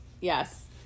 yes